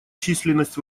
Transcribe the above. численность